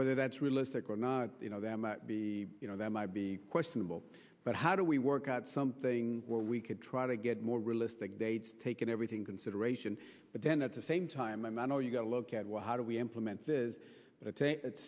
whether that's realistic or not you know that might be you know that might be questionable but how do we work out something where we could try to get more realistic dates taking everything consideration but then at the same time i know you've got to look at what how do we implement says but at